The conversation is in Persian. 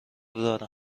دارم